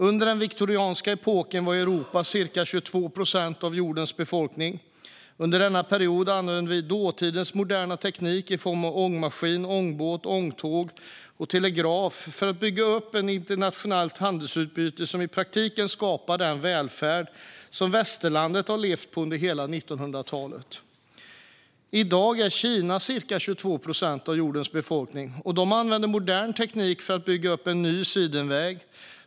Under den viktorianska epoken var Europas befolkning ca 22 procent av jordens befolkning. Under denna period använde vi dåtidens moderna teknik i form av ångmaskin, ångbåt, ångtåg och telegraf för att bygga upp ett internationellt handelsutbyte som i praktiken skapade den välfärd som västerlandet har levt på under hela 1900-talet. I dag har Kina ca 22 procent av jordens befolkning. De använder modern teknik för att bygga en ny sidenväg.